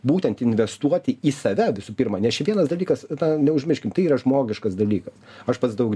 būtent investuoti į save visų pirma nes čia vienas dalykas na neužmirškim tai yra žmogiškas dalykas aš pats daug